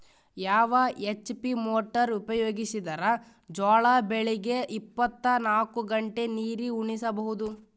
ಯಾವ HP motor ಉಪಯೋಗಿಸಿದರ ಜೋಳ ಬೆಳಿಗ ಇಪ್ಪತ ನಾಲ್ಕು ಗಂಟೆ ನೀರಿ ಉಣಿಸ ಬಹುದು?